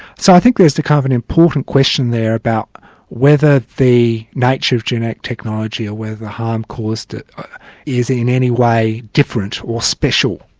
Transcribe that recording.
so i think there's the kind of and important question there about whether the nature of genetic technology or whether the harm caused is in any way different or special,